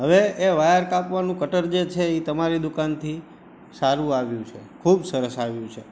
હવે એ વાયર કાપવાનું કટર જે છે એ તમારી દુકાનથી સારું આવ્યું છે ખૂબ સરસ આવ્યું છે